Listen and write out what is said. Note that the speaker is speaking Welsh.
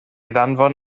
ddanfon